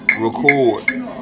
record